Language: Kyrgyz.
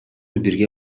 бирге